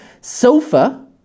sofa